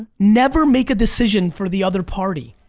never make a decision for the other party.